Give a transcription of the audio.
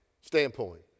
standpoint